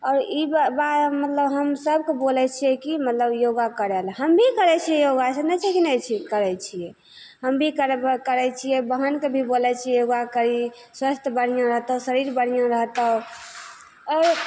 आओर ई बा बात मतलब हम सभके बोलै छिए कि मतलब योगा करैले हम भी करै छिए योगा अइसन नहि छै कि नहि छिए करै छिए हम भी करै छिए बहिनके भी बोलै छिए योगा करही स्वास्थ्य बढ़िआँ रहतौ शरीर बढ़िआँ रहतौ आओर